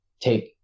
take